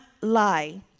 lie